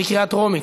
בקריאה טרומית.